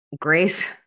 Grace-